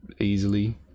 easily